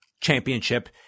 championship